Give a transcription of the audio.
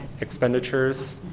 expenditures